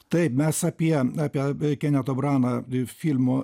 taip mes apie apie kenetorbraną filmo